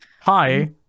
Hi